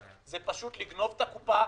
זה פשוט לגנוב את הקופה.